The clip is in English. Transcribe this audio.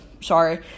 sorry